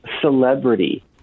celebrity